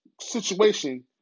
situation